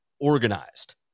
organized